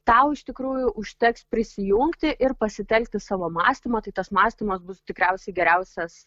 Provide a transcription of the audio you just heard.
tau iš tikrųjų užteks prisijungti ir pasitelkti savo mąstymą tai tas mąstymas bus tikriausiai geriausias